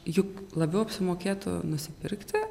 juk labiau apsimokėtų nusipirkti